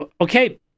Okay